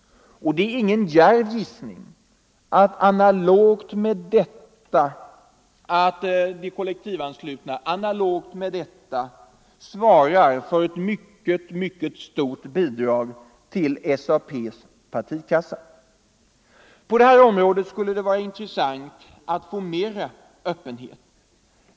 Det är ingen djärv gissning att analogt med detta de kollektivanslutna svarar för ett mycket stort bidrag till SAP:s partikassa. På detta område skulle det vara intressant att få mera öppenhet.